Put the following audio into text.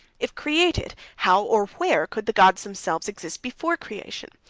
if created, how, or where, could the gods themselves exist before creation?